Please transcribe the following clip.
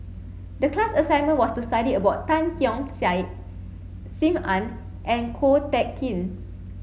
the class assignment was to study about Tan Keong Saik Sim Ann and Ko Teck Kin